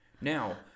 Now